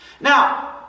Now